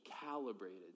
calibrated